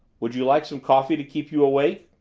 would you like some coffee to keep you awake?